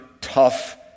tough